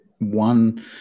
One